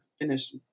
finish